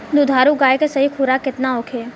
दुधारू गाय के सही खुराक केतना होखे?